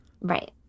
Right